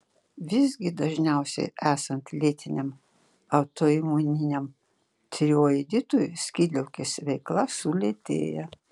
visgi dažniausiai esant lėtiniam autoimuniniam tiroiditui skydliaukės veikla sulėtėja